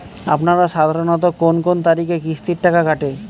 আপনারা সাধারণত কোন কোন তারিখে কিস্তির টাকা কাটে?